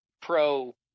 pro